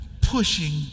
pushing